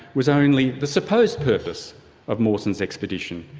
was only the supposed purpose of mawson's expedition.